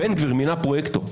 בן גביר מינה פרויקטור.